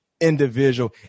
individual